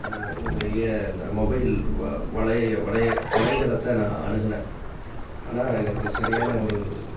உங்கள் உங்களுடைய இந்த மொபைல் வ வலைய வலையை வலைத்தளத்தை நான் அணுகினேன் ஆனால் எனக்கு சரியான ஒரு